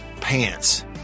pants